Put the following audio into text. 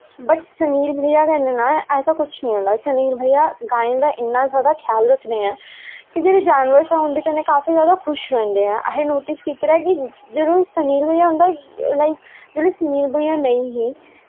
but Sunil भाई नै ऐसा कुश नी होंदा सुनील भाईया गायें दा इन्ना जादा ख्याल रखदे ऐं कि जेह्ड़े जानवर ऐँ उंदे कन्नैं काफी जादा खुश रौंह्दे ऐं असैं नोटिस कीते दा ऐ कि जेह्ड़े सुनील भाईया ऐं उंदे लाईक जिसला सुनील भाईया नेंई हे